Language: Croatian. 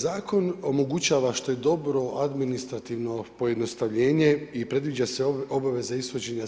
Zakon omogućava što je dobro administrativno i pojednostavljenje i predviđa se obaveza ishođenja